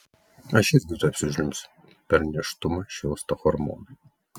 aš irgi tuoj apsižliumbsiu per nėštumą šėlsta hormonai